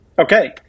Okay